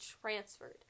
transferred